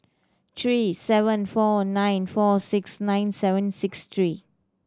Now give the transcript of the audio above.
three seven four nine four six nine seven six three